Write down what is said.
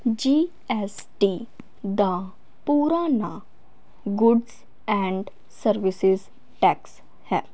GST ਦਾ ਪੂਰਾ ਨਾਂ ਗੁਡਸ ਐਂਡ ਸਰਵਿਸਸ ਟੈਕਸ ਹੈ